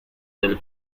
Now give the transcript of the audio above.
del